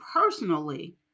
personally